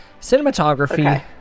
Cinematography